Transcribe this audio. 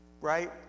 Right